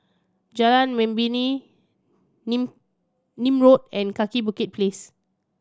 Jalan Membina Nim Road and Kaki Bukit Place